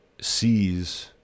sees